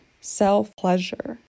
self-pleasure